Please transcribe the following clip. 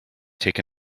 take